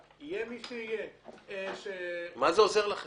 החשש שלי , לפי מה שיואל אומר,